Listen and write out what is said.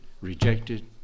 rejected